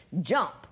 jump